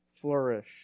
flourish